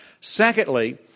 Secondly